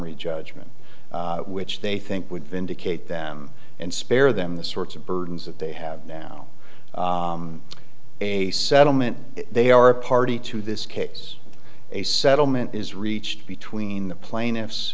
summary judgment which they think would vindicate them and spare them the sorts of burdens that they have now a settlement they are a party to this case a settlement is reached between the plaintiffs